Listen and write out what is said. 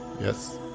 Yes